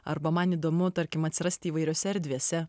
arba man įdomu tarkim atsirasti įvairiose erdvėse